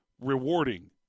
rewarding